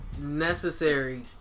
Necessary